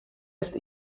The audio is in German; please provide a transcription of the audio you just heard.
ist